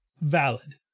valid